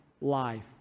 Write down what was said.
life